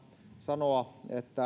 sanoa